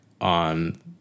on